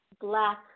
black